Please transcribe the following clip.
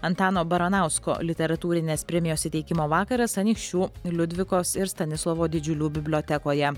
antano baranausko literatūrinės premijos įteikimo vakaras anykščių liudvikos ir stanislovo didžiulių bibliotekoje